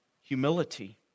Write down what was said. humility